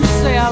say